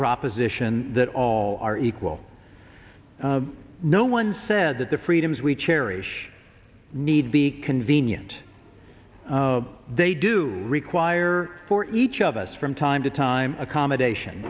proposition that all are equal no one said that the freedoms we cherish need be convenient they do require for each of us from time to time accommodation